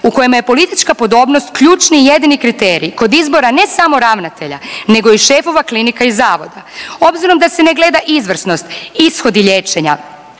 u kojima je politička podobnost ključni i jedini kriterij kod izbor ne samo ravnatelja, nego i šefova klinika i zavoda. Obzirom da se ne gleda izvrsnost, ishodi liječenja,